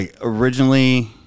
originally